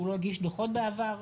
שהוא לא הגיש דוחות בעבר,